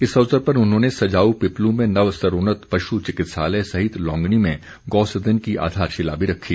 इस अवसर पर उन्होंने सजाऊ पिपलू में नव स्तरोन्नत पशु चिकित्सालय सहित लोंगणी में गोसदन की आधारशिला भी रखी